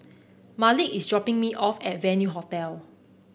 Malik is dropping me off at Venue Hotel